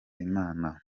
imana